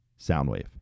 Soundwave